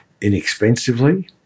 inexpensively